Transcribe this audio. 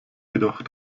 jedoch